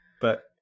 But-